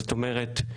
זאת אומרת,